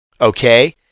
Okay